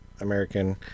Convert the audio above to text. american